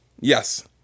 Yes